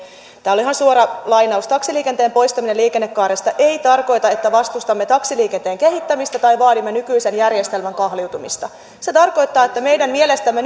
tämä on ihan suora lainaus taksiliikenteen poistaminen lakiesityksestä ei tarkoita että vastustamme taksiliikenteen kehittämistä tai vaadimme nykyisen järjestelmän kahliutumista se tarkoittaa ettei meidän mielestämme